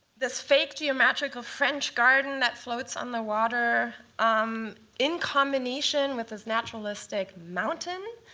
this fake geometrical french garden that floats on the water um in combination with the naturalistic mountain